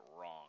wrong